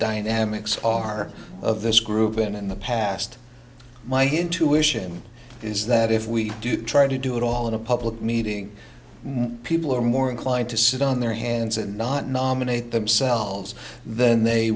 dynamics are of this group and in the past my intuition is that if we do try to do it all in a public meeting people are more inclined to sit on their hands and not not nominate themselves then they